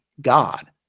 God